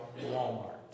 Walmart